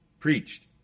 Preached